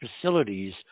facilities